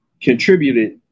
contributed